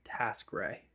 TaskRay